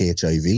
hiv